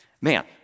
Man